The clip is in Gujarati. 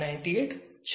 98 છે